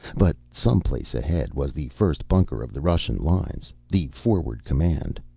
but someplace ahead was the first bunker of the russian lines, the forward command.